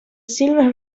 silver